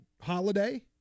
Holiday